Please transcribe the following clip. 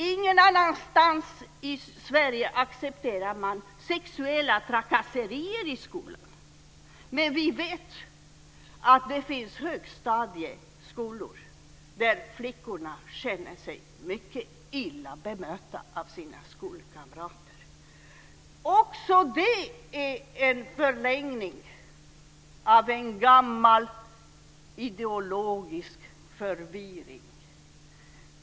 Ingen annanstans i Sverige accepterar man sexuella trakasserier, men vi vet att det finns högstadieskolor där flickorna känner sig mycket illa bemötta av sina skolkamrater. Också det är en förlängning av en gammal ideologisk förvirring.